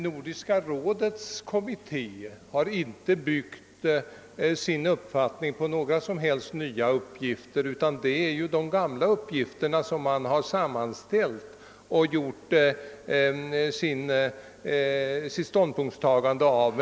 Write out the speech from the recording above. Nordiska rådets kommitté har inte byggt sin uppfattning på några som helst nya uppgifter utan har sammanställt de gamla uppgifterna.